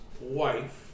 wife